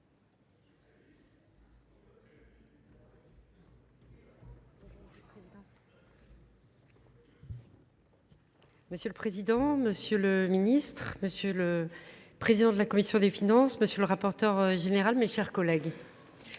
Monsieur le Président, monsieur le Ministre, monsieur le Président de la Commission des Finances, monsieur le rapporteur général, chers collègues,